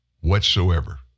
whatsoever